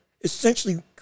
essentially